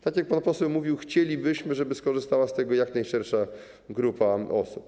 Tak jak pan poseł mówił, chcielibyśmy, żeby skorzystała z tego jak najszersza grupa osób.